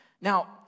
now